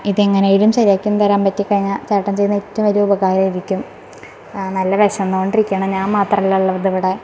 ഇത് എങ്ങനെ എങ്കിലും ശരിയാക്കി ഒന്ന് തരാന് പറ്റി കഴിഞ്ഞാൽ ചേട്ടന് ചെയ്യുന്ന ഏറ്റവും വലിയ ഉപകാരമായിരിക്കും നല്ല വിശന്ന് കൊണ്ടിരിക്കുവാണ് ഞാന് മാത്രമല്ല ഉള്ളത് ഇവിടെ